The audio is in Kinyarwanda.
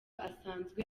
asanzwe